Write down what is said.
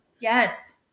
Yes